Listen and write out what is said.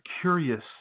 curious